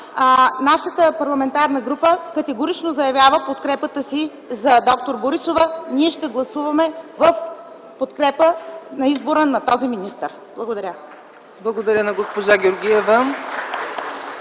Нашата парламентарна група категорично заявява подкрепата си за д-р Борисова. Ние ще гласуваме в подкрепа на избора на този министър. Благодаря. (Ръкопляскания от ГЕРБ.)